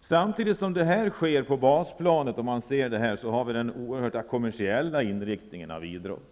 Samtidigt som detta sker på basplanet har vi den oerhört kommersiella inriktningen av idrotten.